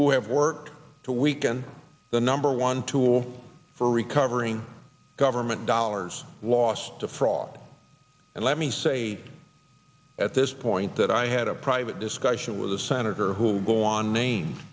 who have work to weaken the number one tool for recovering government dollars lost to fraud and let me say at this point that i had a private discussion with a senator who will go on name